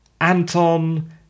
Anton